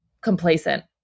complacent